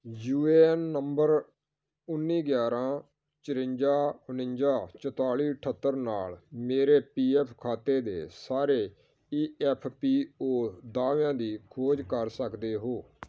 you A N number ਉੱਨੀ ਗਿਆਰ੍ਹਾਂ ਚੁਰੰਜਾ ਉਣੰਜਾ ਚੁਤਾਲੀ ਅਠੱਤਰ ਨਾਲ ਮੇਰੇ ਪੀ ਐੱਫ ਖਾਤੇ ਦੇ ਸਾਰੇ ਈ ਐੱਫ ਪੀ ਓ ਦਾਅਵਿਆਂ ਦੀ ਖੋਜ ਕਰ ਸਕਦੇ ਹੋ